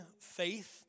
faith